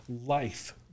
life